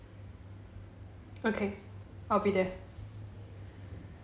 okay I will be there